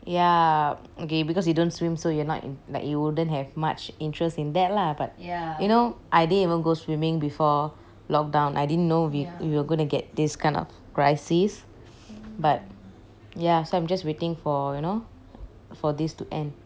ya okay because you don't swim so you're not like you wouldn't have much interest in that lah but you know I didn't even go swimming before lockdown I didn't know we we were gonna get this kind of crisis but ya I'm just waiting for you know for this to end